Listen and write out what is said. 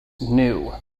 new